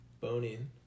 boning